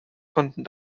konnten